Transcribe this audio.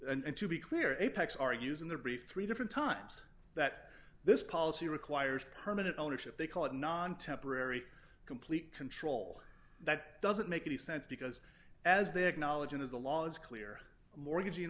and to be clear apex are using their brief three different times that this policy requires permanent ownership they call it non temporary complete control that doesn't make any sense because as they acknowledge and as the law is clear mortgag